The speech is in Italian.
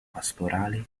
pastorale